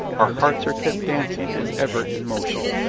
our hearts are kept dancing and ever in motion!